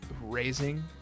raising